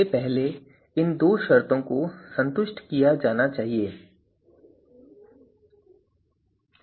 तो यह पहली शर्त है जिसे पूरा किया जाना चाहिए इससे पहले कि हम यह कह सकें कि वैकल्पिक ए वास्तव में सबसे अच्छा विकल्प है